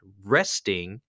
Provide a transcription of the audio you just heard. resting